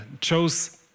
chose